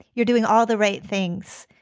you're doing all the right things